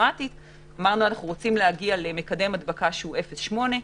אמרנו שאנו רוצים להגיע למקדם הדבקה 0.8,